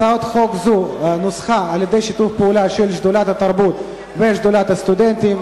הצעת חוק זו נוסחה בשיתוף פעולה של שדולת התרבות ושדולת הסטודנטים,